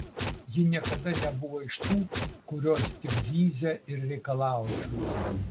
ji niekada nebuvo iš tų kurios tik zyzia ir reikalauja